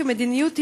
כמדיניות,